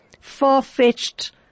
far-fetched